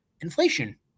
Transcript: inflation